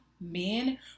men